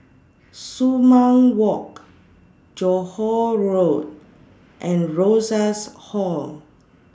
Sumang Walk Johore Road and Rosas Hall